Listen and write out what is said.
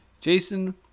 Jason